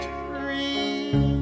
free